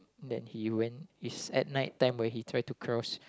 that he went is at night time where he try to cross